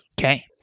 Okay